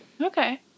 Okay